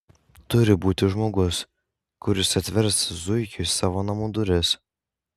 turi būti žmogus kuris atvers zuikiui savo namų duris